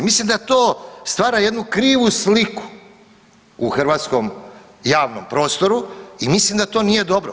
Mislim da to stvara jednu krivu sliku u hrvatskom javnom prostoru i mislim da to nije dobro.